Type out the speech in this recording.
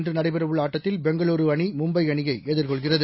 இன்று நடைபெறவுள்ள ஆட்டத்தில் பெங்களூரு அணி மும்பை அணியை எதிர்கொள்கிறது